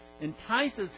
entices